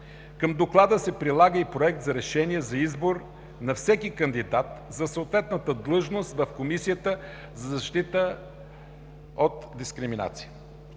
Към доклада се прилага и проект на решение за избор на всеки кандидат за съответната длъжност в Комисията за защита от дискриминация.